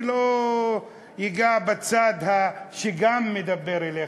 אני לא אגע בצד שגם מדבר אליך,